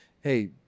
hey